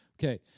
Okay